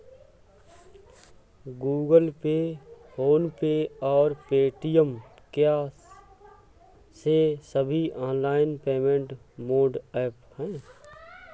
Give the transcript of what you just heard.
Google Pay PhonePe और Paytm क्या ये सभी ऑनलाइन पेमेंट मोड ऐप हैं?